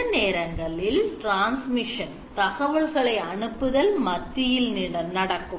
சில நேரங்களில் transmission தகவல்களை அனுப்புதல் மத்தியில் நடக்கும்